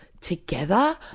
together